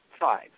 five